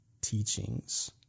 teachings